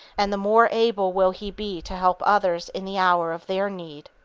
and the more able will he be to help others in the hour of their need.